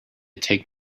take